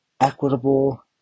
equitable